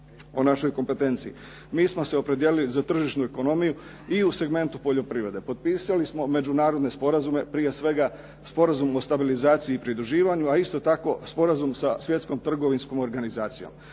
o našoj kompetenciji mi smo se opredijelili za tržišnu ekonomiju i u segmentu poljoprivrede. Potpisali smo međunarodne sporazume. Prije svega Sporazum o stabilizaciji i pridruživanju, a isto tako Sporazum sa Svjetskom trgovinskom organizacijom